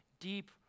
deep